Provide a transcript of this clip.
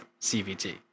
CVT